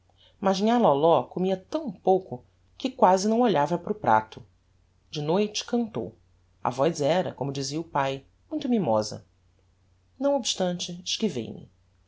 mas nhã lóló comia tão pouco que quasi não olhava para o prato de noite cantou a voz era como dizia o pae muito mimosa não obstante esquivei me